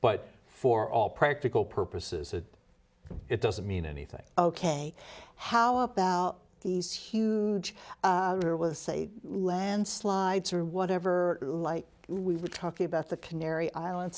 but for all practical purposes it it doesn't mean anything ok how about these huge there was say landslides or whatever like we were talking about the canary island